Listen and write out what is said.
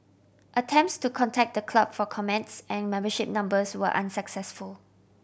attempts to contact the club for comments and membership numbers were unsuccessful